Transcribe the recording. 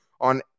on